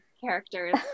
characters